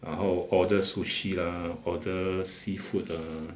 然后 order sushi lah order seafood ah